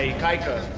ikaika,